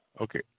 okay